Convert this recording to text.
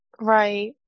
right